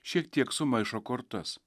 šiek tiek sumaišo kortas